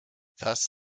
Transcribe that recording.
thus